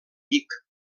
vic